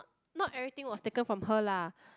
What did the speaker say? not everything was taken from her lah